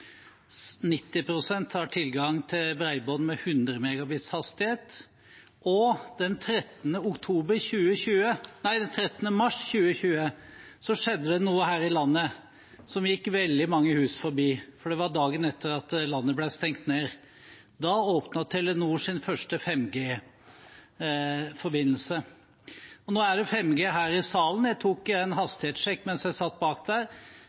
har tilgang til bredbånd med 100 MB hastighet, og den 13. mars 2020 skjedde det noe her i landet som gikk veldig mange hus forbi, for det var dagen etter at landet ble stengt ned. Da åpnet Telenor sin første 5G-forbindelse. Nå er det 5G her i salen. Jeg tok en hastighetssjekk mens jeg satt her bak.